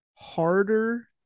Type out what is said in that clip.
harder